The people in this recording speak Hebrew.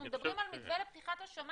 אנחנו מדברים על מתווה לפתיחת השמיים,